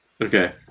Okay